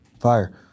fire